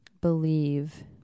believe